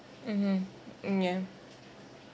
mmhmm mm ya